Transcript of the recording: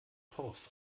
torf